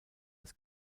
des